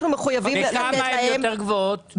בכמה הן יותר גבוהות?